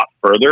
further